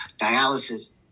dialysis